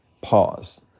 Pause